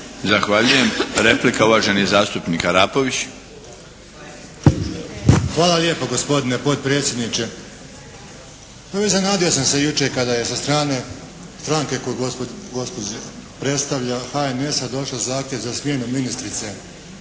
Zahvaljujem. Replika, uvaženi zastupnik Arapović. **Arapović, Franjo (HDZ)** Hvala lijepo gospodine potpredsjedniče. Evo iznenadio sam se jučer kada je sa strane stranke koju gospođa predstavlja HNS-a došao zahtjev za smjenu ministrice